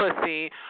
pussy